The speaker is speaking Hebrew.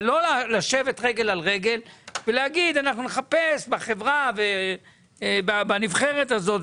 אבל לא לשבת רגל על רגל ולהגיד אנחנו נחפש בנבחרת הזאת.